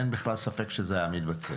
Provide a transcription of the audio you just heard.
אין בכלל ספק שזה היה מתבצע.